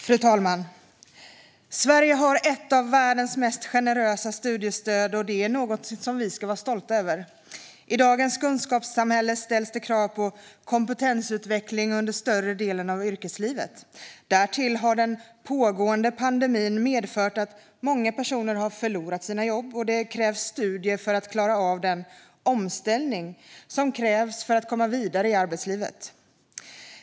Fru talman! Sverige har ett av världens mest generösa studiestöd, och det är något vi ska vara stolta över. I dagens kunskapssamhälle ställs krav på kompetensutveckling under större delen av yrkeslivet. Därtill har den pågående pandemin medfört att många personer har förlorat sina jobb, och det behövs studier för att klara av den omställning som krävs för att komma vidare i arbetslivet.